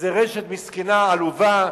איזו רשת מסכנה, עלובה,